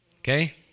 Okay